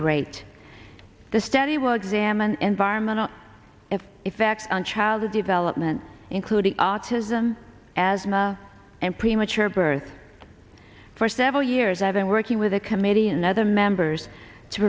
great the study will examine environmental effects on childhood development including autism asthma and premature birth for several years i've been working with the committee and other members to